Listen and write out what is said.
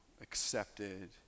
accepted